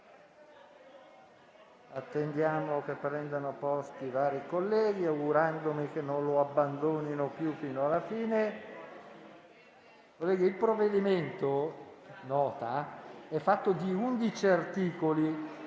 il provvedimento è fatto di 11 articoli